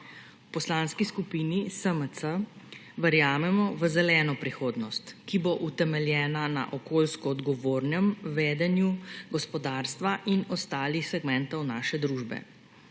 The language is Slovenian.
Poslanski skupini SMC verjamemo v zeleno prihodnost, ki bo utemeljena na okoljsko odgovornem vedenju gospodarstva in ostalih segmentov naše družbe.